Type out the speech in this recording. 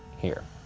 here,